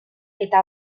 eta